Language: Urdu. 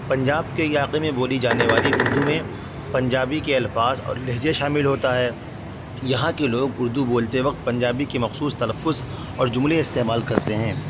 پنجاب کے علاقے میں بولی جانے والی اردو میں پنجابی کے الفاظ اور لہجے شامل ہوتا ہے یہاں کے لوگ اردو بولتے وقت پنجابی کے مخصوص تلفظ اور جملے استعمال کرتے ہیں